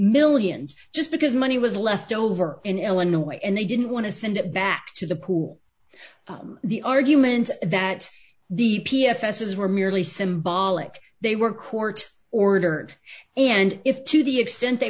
millions just because money was left over in illinois and they didn't want to send it back to the pool the argument that the p f s is were merely symbolic they were court ordered and if to the extent they